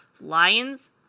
Lions